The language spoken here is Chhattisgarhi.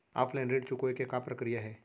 ऑफलाइन ऋण चुकोय के का प्रक्रिया हे?